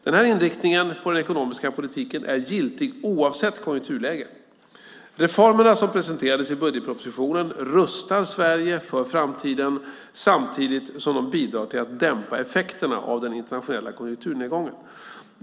Den här inriktningen på den ekonomiska politiken är giltig oavsett konjunkturläge. Reformerna som presenterades i budgetpropositionen rustar Sverige för framtiden samtidigt som de bidrar till att dämpa effekterna av den internationella konjunkturnedgången.